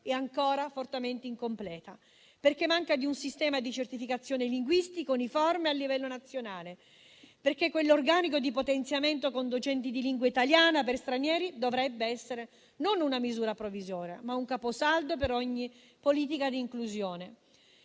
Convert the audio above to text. è ancora fortemente incompleta, perché manca di un sistema di certificazione linguistica uniforme a livello nazionale, perché quell'organico di potenziamento con docenti di lingua italiana per stranieri dovrebbe essere non una misura provvisoria, ma un caposaldo per ogni politica di inclusione.